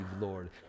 Lord